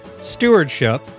stewardship